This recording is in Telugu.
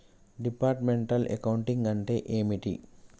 డిపార్ట్మెంటల్ అకౌంటింగ్ అంటే ఏమిటి?